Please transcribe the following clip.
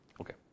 Okay